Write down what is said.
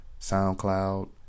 SoundCloud